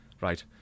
Right